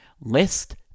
lest